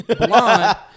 blonde